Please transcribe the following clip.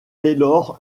taylor